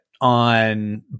on